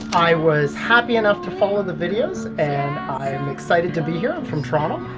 i was happy enough to follow the videos, and i am excited to be here. i'm from toronto,